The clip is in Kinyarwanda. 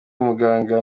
umuganga